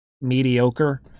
mediocre